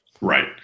Right